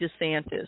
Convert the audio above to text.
DeSantis